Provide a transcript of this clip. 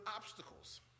obstacles